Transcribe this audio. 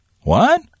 What